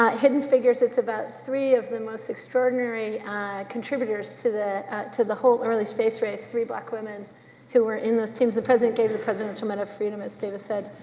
hidden figures, it's about three of the most extraordinary contributors to the to the whole early space race, three black women who were in those teams. the president gave the presidential medal of freedom, as david said,